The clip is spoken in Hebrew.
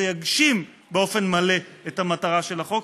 יגשים באופן מלא את המטרה של החוק,